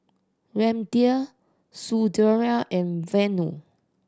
Ramdev Sunderlal and Vanu